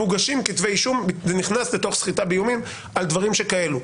מוגשים כתבי אישום וזה נכנס לתוך סחיטה באיומים על דברים כאלה.